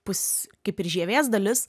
pus kaip ir žievės dalis